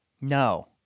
No